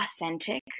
authentic